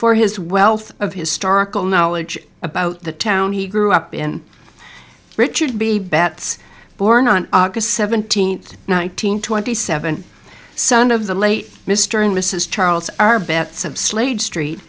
for his wealth of historical knowledge about the town he grew up in richard b bets born on august seventeenth nine hundred twenty seven son of the late mr and mrs charles